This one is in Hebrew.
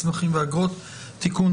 מסמכים ואגרות) (תיקון),